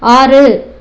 ஆறு